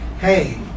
Hey